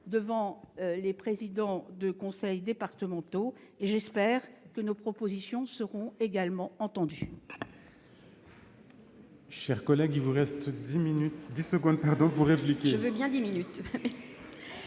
devant les présidents des conseils départementaux et j'espère que nos propositions seront tout autant entendues